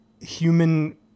human